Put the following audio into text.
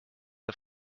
auf